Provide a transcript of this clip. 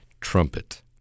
trumpet